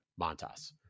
Montas